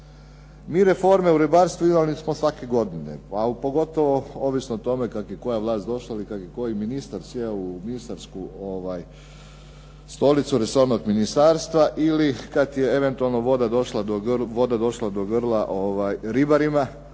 Mi reforme u ribarstvu imali smo svake godine, pa gotovo ovisno o tome kako je koja vlast došla ili kako je koji ministar sjeo u ministarsku stolicu resornog ministarstva ili kada je eventualno voda došla do grla ribarima,